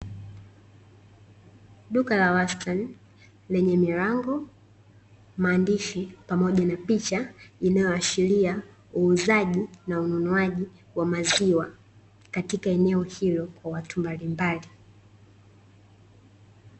Duka la wastani lenye milango, maandishi pamoja na picha inayoashiria uuzaji na ununuaji wa maziwa katika eneo hilo kwa watu mbalimbali.